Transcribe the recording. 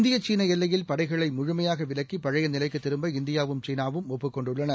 இந்திய சீனஎல்லையில் படைகளைமுழுமையாகவிலக்கி பழையநிலைக்குதிரும்ப இந்தியாவும் சீனாவும் ஒப்புக் கொண்டுள்ளன